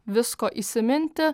visko įsiminti